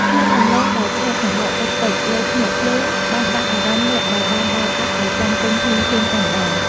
ក្លិនដំឡូងដែលឆេះសំបកតិចៗលើភ្នក់ភ្លើងបានដាស់អារម្មណ៍អ្នកដែលបានដើរកាត់ឱ្យចង់ទិញភ្លាមៗតែម្តង។